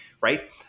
right